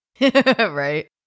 Right